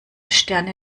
sterne